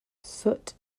soot